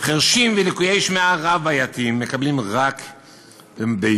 חירשים ולקויי שמיעה רב-בעייתיים מקבלים רק ביולי,